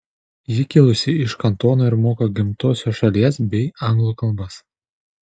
ji kilusi iš kantono ir moka gimtosios šalies bei anglų kalbas